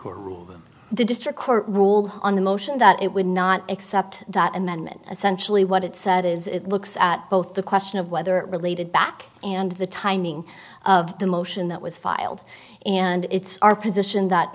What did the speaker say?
court the district court ruled on the motion that it would not accept that amendment essentially what it said is it looks at both the question of whether related back and the timing of the motion that was filed and it's our position that